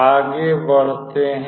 आगे बढ़ते हैं